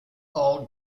all